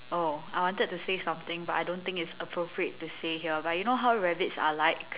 oh I wanted to say something but I don't think is appropriate to say here but you know how rabbits are like